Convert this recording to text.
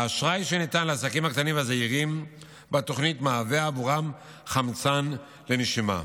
האשראי שניתן לעסקים הקטנים והזעירים בתוכנית מהווה עבורם חמצן לנשימה,